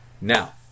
now